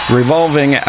revolving